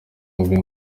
avuye